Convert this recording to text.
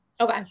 Okay